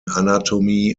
anatomy